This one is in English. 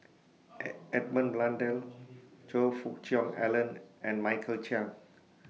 ad Edmund Blundell Choe Fook Cheong Alan and Michael Chiang